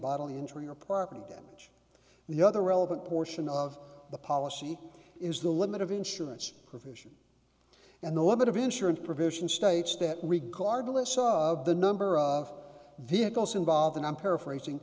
bodily injury or property damage the other relevant portion of the policy is the limit of insurance provision and the limit of insurance provision states that regardless of the number of vehicles involved and i'm paraphrasing